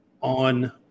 on